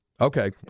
Okay